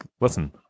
listen